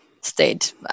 state